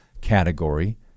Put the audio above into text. category